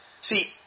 See